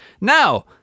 Now